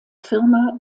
firma